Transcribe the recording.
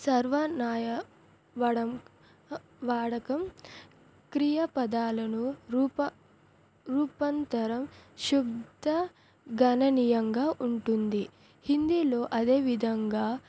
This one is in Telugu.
సర్వ నాయ వడం వాడకం క్రియపదాలను రూప రూపంతరం శుబ్ధగణనీయంగా ఉంటుంది హిందీలో అదేవిధంగా